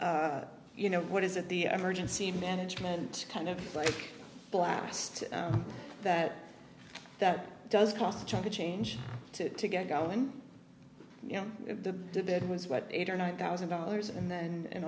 you know what is it the emergency management kind of like blast that that does cost a chunk of change to to get going you know the bed was what eight or nine thousand dollars in that an